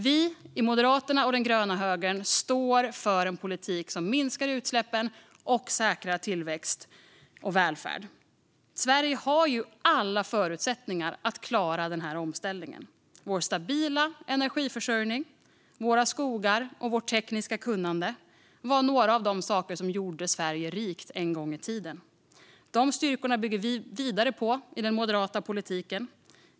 Vi i Moderaterna och den gröna högern står för en politik som minskar utsläppen och säkrar tillväxt och välfärd. Sverige har alla förutsättningar att klara omställningen. Vår stabila energiförsörjning, våra skogar och vårt tekniska kunnande var några av de saker som gjorde Sverige rikt en gång i tiden. De styrkorna bygger vi vidare på i den moderata politiken.